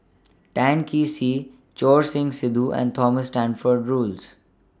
Tan Kee Sek Choor Singh Sidhu and Thomas Stamford Roads